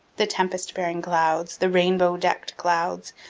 the tempest-bearing clouds, the rainbow-decked clouds,